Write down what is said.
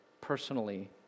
personally